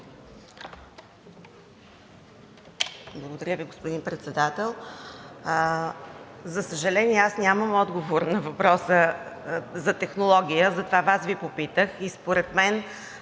Благодаря Ви, господин Председател! За съжаление, аз нямам отговор на въпроса за технология, затова Вас попитах. Според мен